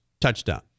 Touchdown